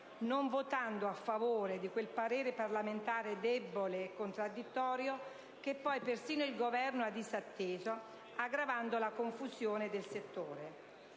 non votando a favore di quel parere parlamentare debole e contraddittorio che poi persino il Governo ha disatteso, aggravando la confusione del settore.